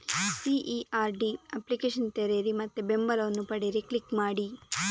CERD application ತೆರೆಯಿರಿ ಮತ್ತು ಬೆಂಬಲವನ್ನು ಪಡೆಯಿರಿ ಕ್ಲಿಕ್ ಮಾಡಿ